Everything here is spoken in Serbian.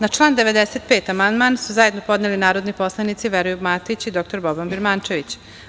Na član 95. amandman su zajedno podneli narodni poslanici Veroljub Matić i dr Boban Birmančević.